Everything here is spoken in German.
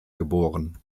geboren